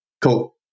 Cool